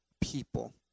people